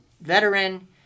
veteran